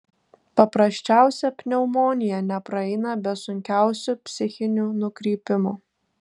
paprasčiausia pneumonija nepraeina be sunkiausių psichinių nukrypimų